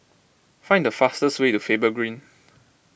find the fastest way to Faber Green